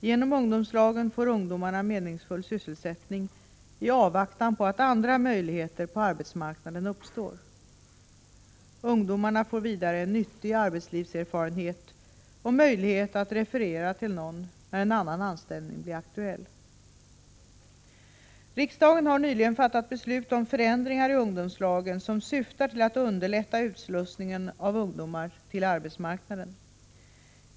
Genom ungdomslagen får ungdomarna meningsfull sysselsättning i avvaktan på att andra möjligheter på arbetsmarknaden uppstår. Ungdomarna får vidare en nyttig arbetslivserfarenhet och möjlighet att referera till någon när en annan anställning blir aktuell. Riksdagen har nyligen fattat beslut om förändringar i ungdomslagen, vilka syftar till att underlätta utslussningen av ungdomar till arbetsmarknaden.